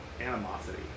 animosity